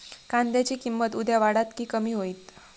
कांद्याची किंमत उद्या वाढात की कमी होईत?